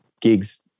gigs